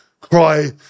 cry